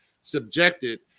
subjected